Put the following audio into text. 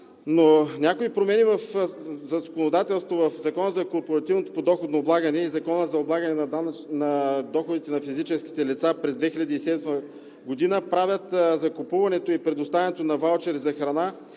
Някои промени в законодателството – в Закона за корпоративното подоходно облагане и Закона за облагане доходите на физическите лица през 2007 г., правят закупуването и предоставянето на ваучери за храна